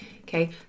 Okay